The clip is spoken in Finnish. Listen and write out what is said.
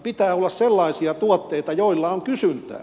pitää olla sellaisia tuotteita joilla on kysyntää